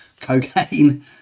cocaine